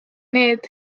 need